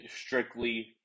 strictly